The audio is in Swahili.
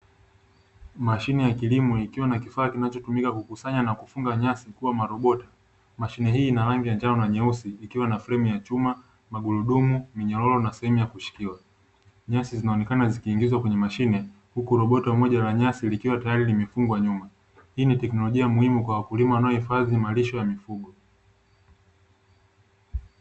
Mashine ya kilimo inayotumika kukusanya na kufunga nyasi kuwa marobota, mashine hii ina rangi ya njano na nyeusi ikiwa na fremu ya chuma, magurudumu, minyororo na sehemu ya kushikiwa, nyasi zinaonekana zikiingizwa kwenye mashine huku robota moja la nyasi likiwa tayari tayari limefungwa nyuma, hii ni teknolojia muhimu kwa wakulima wanaohifadhi malisho ya mifugo.